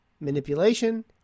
Manipulation